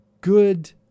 good